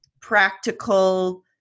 practical